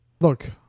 Look